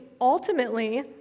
ultimately